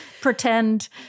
Pretend